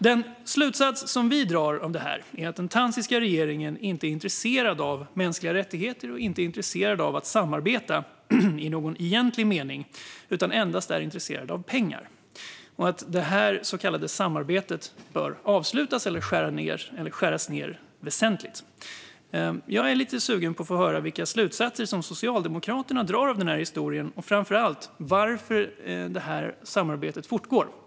Den slutsats som vi drar av detta är att den tanzaniska regeringen inte är intresserad av mänskliga rättigheter eller av att samarbeta i någon egentlig mening utan endast är intresserad av pengar. Vi menar att detta så kallade samarbete bör avslutas eller skäras ned väsentligt. Jag är lite sugen på att få höra vilka slutsatser som Socialdemokraterna drar av den här historien och framför allt varför det här samarbetet fortgår.